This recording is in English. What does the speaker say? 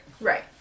Right